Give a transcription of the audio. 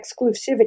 exclusivity